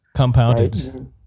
compounded